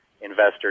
investors